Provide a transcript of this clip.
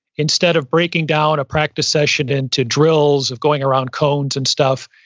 instead of breaking down a practice session into drills of going around cones and stuff,